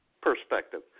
perspective